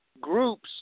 groups